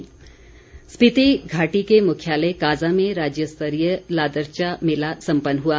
मेला स्पिति घाटी के मुख्यालय काज़ा में राज्य स्तरीय लादरचा मेला समपन्न हुआ